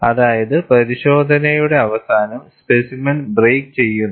അതായത് പരിശോധനയുടെ അവസാനം സ്പെസിമെൻ ബ്രേക്ക് ചെയ്യുന്നു